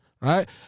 right